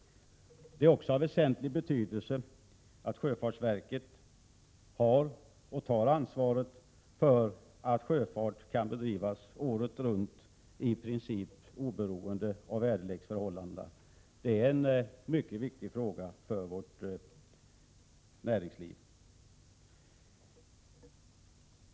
Det är också av väsentlig betydelse att sjöfartsverket har och tar ansvaret för att sjöfarten kan bedrivas året runt, i princip oberoende av väderleksförhållandena. Det är en mycket viktig fråga för vårt näringsliv.